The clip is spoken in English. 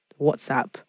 WhatsApp